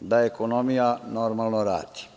da ekonomija normalno radi.